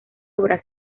obra